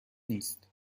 نیست